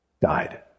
died